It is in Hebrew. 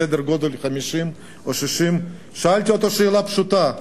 בסדר-גודל של 50 או 60. שאלתי אותו שאלה פשוטה,